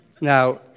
Now